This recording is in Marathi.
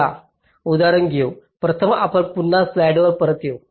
चला उदाहरण घेऊ प्रथम आपण पुन्हा स्लाईडवर परत येऊ